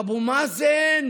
אבו מאזן